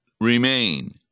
remain